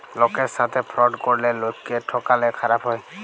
লকের সাথে ফ্রড ক্যরলে লকক্যে ঠকালে খারাপ হ্যায়